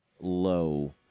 low